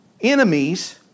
enemies